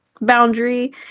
boundary